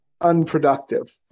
unproductive